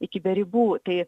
iki be ribų tai